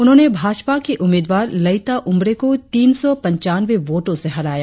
उन्होंने भाजपा के उम्मीदवार लेइता उम्ब्रे को तीन सौ पंचानवे वोटों से हराया